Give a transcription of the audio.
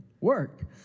work